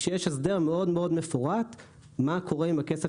כשיש הסדר מפורט מאוד מה קורה עם הכסף